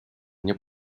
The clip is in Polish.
nie